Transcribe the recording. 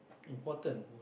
important